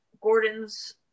Gordon's